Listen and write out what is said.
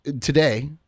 today